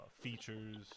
features